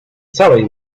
całej